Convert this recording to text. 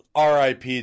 RIP